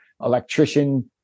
electrician